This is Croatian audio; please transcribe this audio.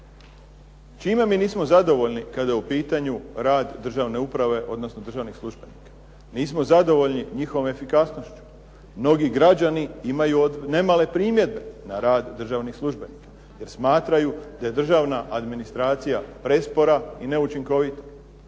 Čime mi nismo zadovoljni kada je u pitanju državne uprave odnosno državnih službenika? Nismo zadovoljni njihovom efikasnošću. Mnogi građani imaju nemale primjedbe na rad državnih službenika, jer smatraju da je državna administracija prespora i neučinkovita.